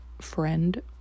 friend